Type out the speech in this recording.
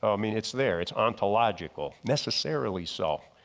i mean it's there it's ontological, necessarily so.